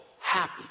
happy